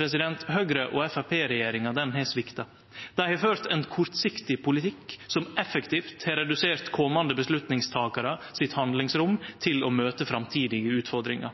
Høgre–Framstegsparti-regjeringa har svikta. Dei har ført ein kortsiktig politikk som effektivt har redusert handlingsrommet til komande avgjerdstakarar til å